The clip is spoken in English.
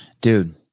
Dude